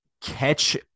catch